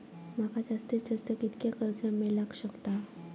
माका जास्तीत जास्त कितक्या कर्ज मेलाक शकता?